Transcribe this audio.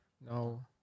No